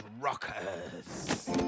rockers